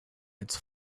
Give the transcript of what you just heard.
its